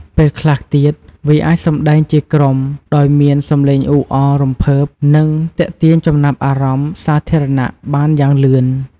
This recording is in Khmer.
ពេលខ្លះទៀត វាអាចសម្ដែងជាក្រុមដែលមានសំឡេងអ៊ូអរ រំភើប និងទាក់ទាញចំណាប់អារម្មណ៍សាធារណៈបានយ៉ាងលឿន។